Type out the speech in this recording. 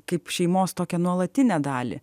kaip šeimos tokią nuolatinę dalį